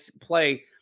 play